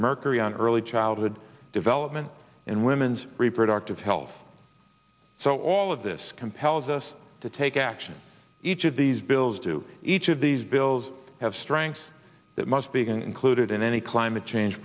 mercury on early childhood development and women's reproductive health so all of this compels us to take action each of these bills do each of these bills have strengths that must be concluded in any climate change